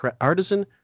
artisan